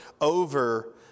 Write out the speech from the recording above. over